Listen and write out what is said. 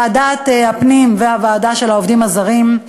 ועדת הפנים והוועדה לעובדים הזרים,